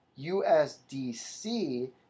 USDC